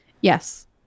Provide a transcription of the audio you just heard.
Yes